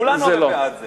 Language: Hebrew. הרי כולנו בעד זה.